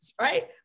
Right